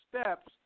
steps